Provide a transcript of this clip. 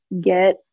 get